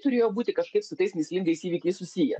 turėjo būti kažkaip su tais mįslingais įvykiai susiję